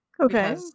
Okay